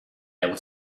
able